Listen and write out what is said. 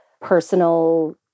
personal